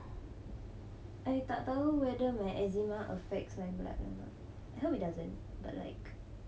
I tak tahu whether where eczema affects my blood or not I hope it doesn't but like